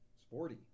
sporty